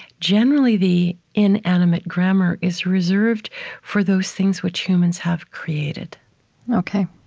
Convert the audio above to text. generally, the inanimate grammar is reserved for those things which humans have created ok.